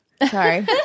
sorry